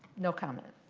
no comment.